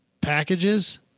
packages